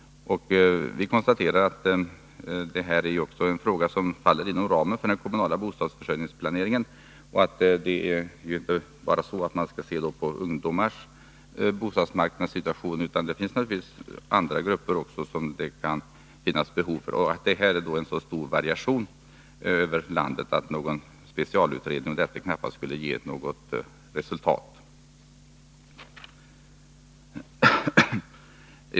Vi konstaterar att också detta är en fråga som faller inom ramen för den kommunala bostadsförsörjningsplaneringen. Man bör naturligtvis se på ungdomarnas bostadssituation, men det finns även andra grupper som har behov. Dessutom kan det vara stora variationer över landet. En specialutredning skulle alltså knappast ge något resultat.